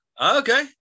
Okay